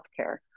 Healthcare